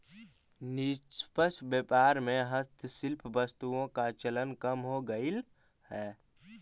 निष्पक्ष व्यापार में हस्तशिल्प वस्तुओं का चलन कम हो गईल है